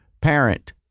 parent